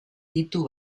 ditu